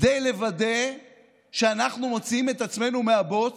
כדי לוודא שאנחנו מוציאים את עצמנו מהבוץ,